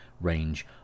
range